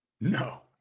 No